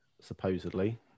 supposedly